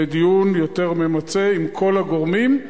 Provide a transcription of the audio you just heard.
לדיון יותר ממצה עם כל הגורמים,